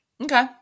okay